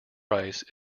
rice